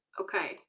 Okay